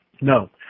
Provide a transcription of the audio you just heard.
No